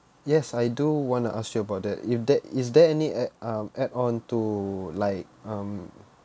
yes I do want to ask you about that if that is there any add uh add on on to like um